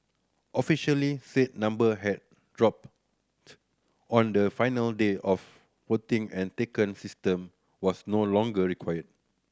officially said number had dropped on the final day of voting and taken system was no longer required